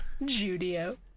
Judio